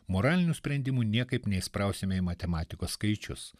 moralinių sprendimų niekaip neįsisprausime į matematikos skaičius